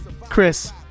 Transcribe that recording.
Chris